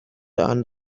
and